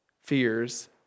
fears